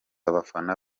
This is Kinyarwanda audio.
abafana